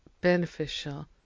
beneficial